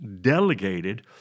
delegated